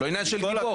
זה לא עניין של גיבור.